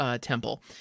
temple